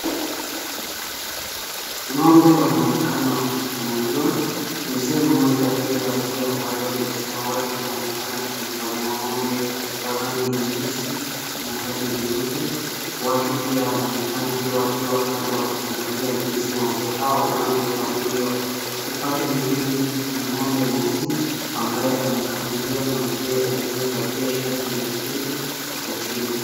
Ng'ombe wanaonekana wakikamuliwa. Mzee mmoja aliyevalia ovaroli ya samawati anaonekana akimkamua ng'ombe wa rangi nyeusi na rangi nyeupe. Watu pia wanaonekana pia wakiwa kando wakiangalia jinsi ng'ombe hawa wanavyokamuliwa. Upande mwingine kuna ng'ombe mweusi ambaye anakamuliwa na mzee aliyevalia shati nyekundu hapo chini.